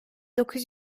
dokuz